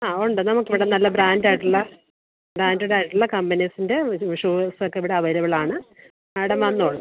ആ ഉണ്ട് നമുക്ക് ഇവിടെ നല്ല ബ്രാൻഡ് ആയിട്ടുള്ള ബ്രാൻഡഡ് ആയിട്ടുള്ള കമ്പനീസിൻ്റെ ഒരു ഷൂസ് ഒക്കെ ഇവിടെ അവൈലബിൾ ആണ് മാഡം വന്നോളൂ